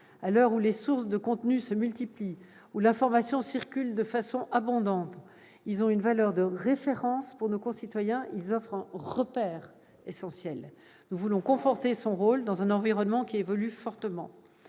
À l'heure où les sources de contenus se multiplient et où l'information circule de façon abondante, ils ont une valeur de référence pour nos concitoyens. Ils offrent un repère essentiel. Nous voulons conforter leur rôle, dans un environnement qui évolue fortement.